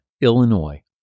Illinois